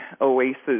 oasis